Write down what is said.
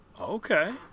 Okay